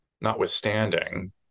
notwithstanding